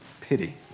pity